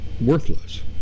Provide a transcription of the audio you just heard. worthless